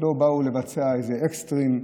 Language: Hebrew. לא באו לבצע איזה אקסטרים.